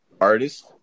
artist